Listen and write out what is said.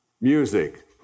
music